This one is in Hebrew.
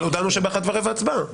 אבל הודענו שב-13:15 הצבעה.